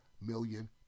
million